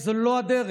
זו לא הדרך.